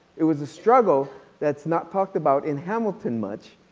it was a struggle that is not talked about in hamilton much.